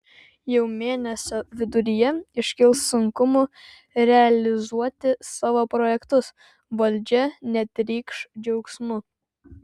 jau mėnesio viduryje iškils sunkumų realizuoti savo projektus valdžia netrykš džiaugsmu